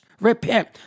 repent